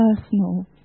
personal